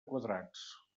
quadrats